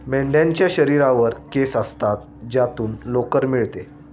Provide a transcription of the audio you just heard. मेंढ्यांच्या शरीरावर केस असतात ज्यातून लोकर मिळते